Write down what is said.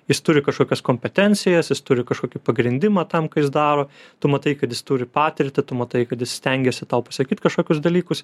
jis turi kažkokias kompetencijas jis turi kažkokį pagrindimą tam ką jis daro tu matai kad jis turi patirtį tu matai kad jis stengiasi tau pasakyt kažkokius dalykus